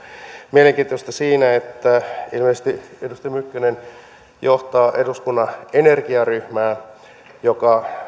mielenkiintoista siinä on että ilmeisesti edustaja mykkänen johtaa eduskunnan energiaryhmää joka